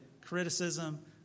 criticism